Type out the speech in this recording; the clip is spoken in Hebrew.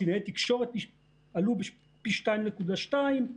קלינאי תקשורת עלו פי 2.2,